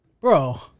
bro